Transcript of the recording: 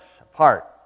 apart